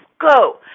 go